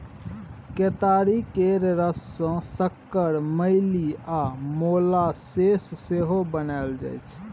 केतारी केर रस सँ सक्कर, मेली आ मोलासेस सेहो बनाएल जाइ छै